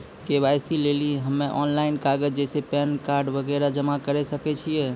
KYC लेली हम्मय online कागज जैसे पैन कार्ड वगैरह जमा करें सके छियै?